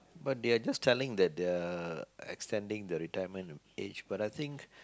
but they are just telling that they're extending the retirement of age